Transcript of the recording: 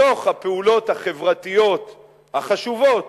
בתוך הפעולות החברתיות החשובות